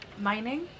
Mining